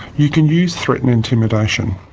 you can use threat and intimidation.